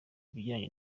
ibijyanye